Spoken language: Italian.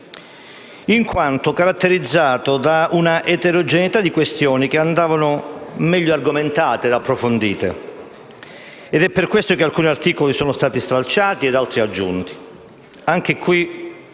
in quanto caratterizzato da una eterogeneità di questioni che andavano meglio argomentate ed approfondite. Per questo alcuni articoli sono stati stralciati ed altri sono stati